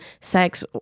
sex